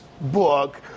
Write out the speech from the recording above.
book